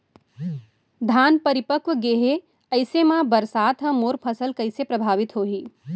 धान परिपक्व गेहे ऐसे म बरसात ह मोर फसल कइसे प्रभावित होही?